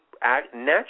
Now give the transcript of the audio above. naturally